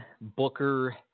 Booker